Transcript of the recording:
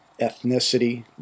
ethnicity